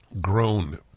grown